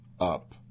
up